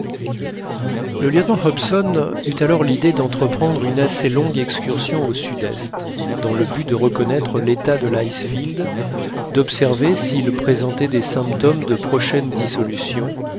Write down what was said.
le lieutenant hobson eut alors l'idée d'entreprendre une assez longue excursion au sud-est dans le but de reconnaître l'état de l'icefield d'observer s'il présentait des symptômes de prochaine dissolution